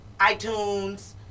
iTunes